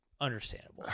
understandable